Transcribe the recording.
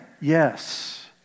Yes